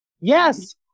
yes